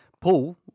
Paul